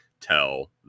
tell